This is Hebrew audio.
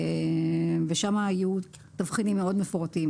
שם יהיו תבחינים מאוד מפורטים,